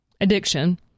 addiction